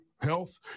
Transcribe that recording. health